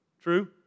True